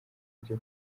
ryo